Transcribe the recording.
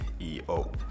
EO